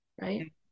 Right